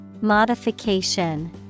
Modification